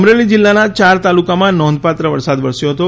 અમરેલી જિલ્લામા ચાર તાલુકાના નોંધપાત્ર વરસાદ વરસ્યો હતો